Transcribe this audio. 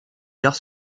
gares